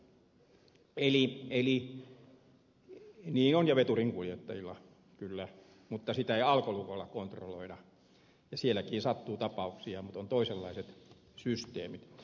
niin on ja veturinkuljettajilla kyllä mutta sitä ei alkolukolla kontrolloida ja sielläkin sattuu tapauksia mutta on toisenlaiset systeemit